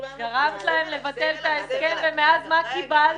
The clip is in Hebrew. גרמת להם לבטל את ההסכם, ומאז מה קיבלת?